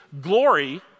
glory